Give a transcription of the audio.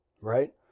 right